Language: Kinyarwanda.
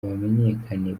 bamenyekane